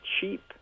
cheap